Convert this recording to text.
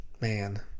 man